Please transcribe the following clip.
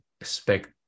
expect